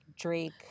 Drake